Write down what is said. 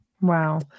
Wow